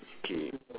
K